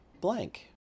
blank